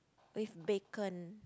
with bacon